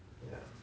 ya